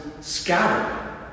scattered